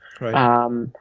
Right